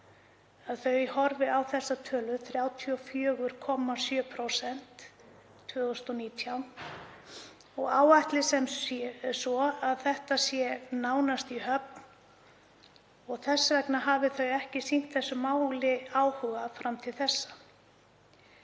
að þau horfi á þessa tölu, 34,7% árið 2019, og áætli sem svo að þetta sé nánast í höfn og þess vegna hafi þau ekki sýnt málinu áhuga fram til þessa.